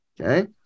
Okay